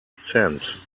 cent